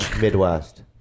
Midwest